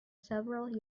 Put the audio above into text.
several